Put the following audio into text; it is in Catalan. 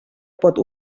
pot